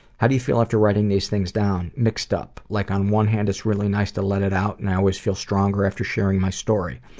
how do you feel after writing these things down? mixed up. like on one hand, it's really nice to let it out, and i always feel stronger after sharing my story,